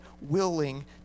willing